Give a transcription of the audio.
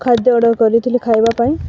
ଖାଦ୍ୟ ଅର୍ଡ଼ର୍ କରିଥିଲି ଖାଇବା ପାଇଁ